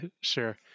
sure